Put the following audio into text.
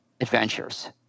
adventures